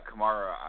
Kamara